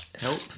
help